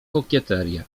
kokieteria